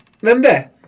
Remember